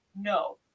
No